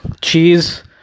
cheese